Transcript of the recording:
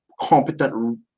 competent